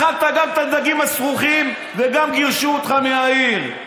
אכלת גם את הדגים הסרוחים וגם גירשו אותך מהעיר.